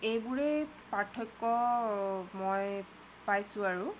এইবোৰে পাৰ্থক্য মই পাইছোঁ আৰু